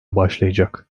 başlayacak